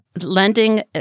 lending